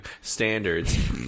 Standards